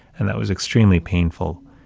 and that was extremely painful,